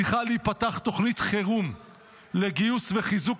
צריכה להיפתח תוכנית חירום לגיוס וחיזוק